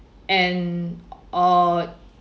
and or